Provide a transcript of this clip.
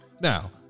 Now